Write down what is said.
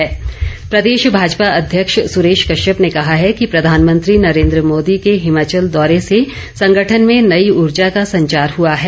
सुरेश कश्यप प्रदेश भाजपा अध्यक्ष सुरेश कश्यप ने कहा है कि प्रधानमंत्री नरेन्द्र मोदी के हिमाचल दौरे से संगठन में नई ऊर्जा का संचार हुआ है